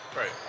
Right